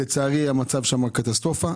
לצערי המצב שם קטסטרופה.